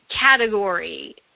category